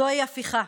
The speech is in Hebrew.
זו הפיכה,